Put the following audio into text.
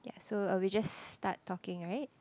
yes so uh we just start talking right